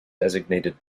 designated